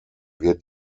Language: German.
wird